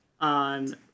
on